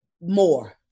more